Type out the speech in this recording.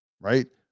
right